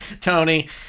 Tony